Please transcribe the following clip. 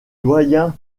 doyen